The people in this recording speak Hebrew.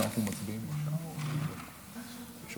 אני קובע